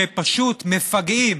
שפשוט מפגעים